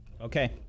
okay